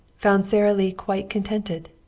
found sara lee quite contented.